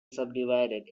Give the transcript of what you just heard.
subdivided